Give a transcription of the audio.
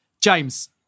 James